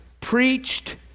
preached